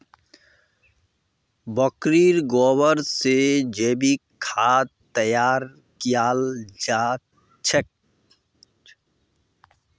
बकरीर गोबर से जैविक खाद तैयार कियाल जा छे